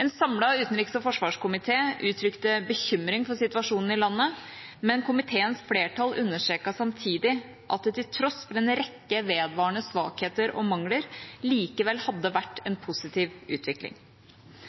En samlet utenriks- og forsvarskomité uttrykte bekymring for situasjonen i landet, men komiteens flertall understreket samtidig at det til tross for en rekke vedvarende svakheter og mangler likevel hadde vært en positiv utvikling.